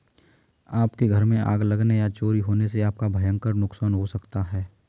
आपके घर में आग लगने या चोरी होने पर आपका भयंकर नुकसान हो सकता है